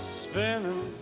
spinning